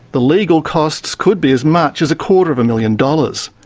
the legal costs could be as much as quarter of a million dollars.